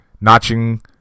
notching